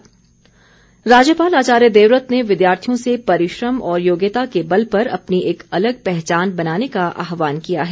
राज्यपाल राज्यपाल आचार्य देवव्रत ने विद्यार्थियों से परिश्रम और योग्यता के बल पर अपनी एक अलग पहचान बनाने का आहवान किया है